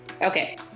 Okay